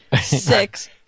six